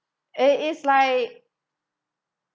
eh it's like